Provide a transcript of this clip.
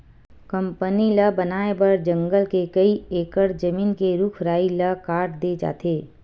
company ल बनाए बर जंगल के कइ एकड़ जमीन के रूख राई ल काट दे जाथे